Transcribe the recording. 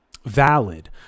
valid